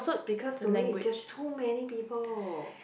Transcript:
because to me is just too many people